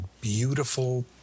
beautiful